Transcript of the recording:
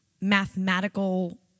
mathematical